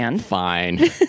Fine